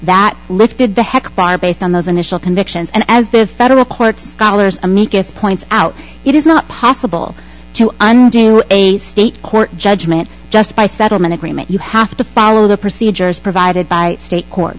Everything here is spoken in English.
that lifted the heck bar based on those initial convictions and as the federal courts dollars amicus points out it is not possible to undo a state court judgment just by settlement agreement you have to follow the procedures provided by state